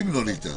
אם לא ניתן.